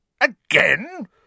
Again